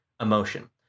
emotion